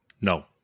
No